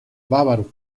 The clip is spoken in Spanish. bávaro